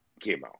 chemo